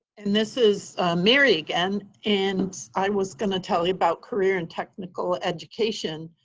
and this is mary again. and i was going to tell you about career and technical education.